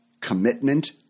commitment